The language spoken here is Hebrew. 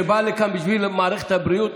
שבאה לכאן בשביל מערכת הבריאות,